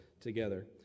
together